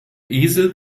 esel